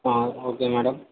okay madam